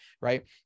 Right